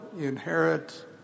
inherit